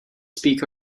speak